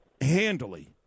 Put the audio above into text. handily